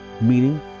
meaning